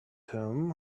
him